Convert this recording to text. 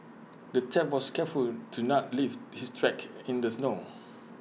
the thief was careful to not leave his tracks in the snow